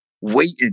waiting